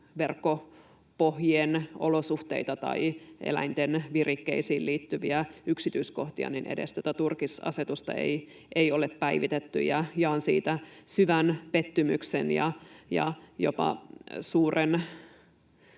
verkkopohjien olosuhteita tai eläinten virikkeisiin liittyviä yksityiskohtia, ei ole päivitetty. Jaan siitä syvän pettymyksen ja jopa...